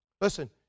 Listen